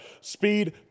speed